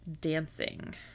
dancing